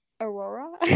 aurora